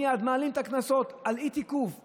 מייד מעלים את הקנסות על אי-תיקוף.